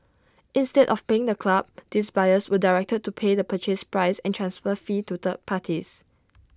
instead of paying the club these buyers were directed to pay the purchase price and transfer fee to third parties